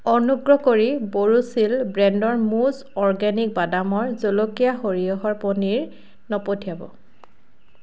অনুগ্ৰহ কৰি বৰোচিল ব্ৰেণ্ডৰ মুজ অৰ্গেনিক বাদামৰ জলকীয়া সৰিয়হৰ পনীৰ নপঠিয়াব